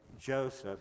Joseph